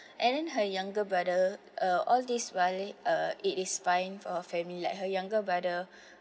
and then her younger brother uh all this while uh it is finding for family like her younger brother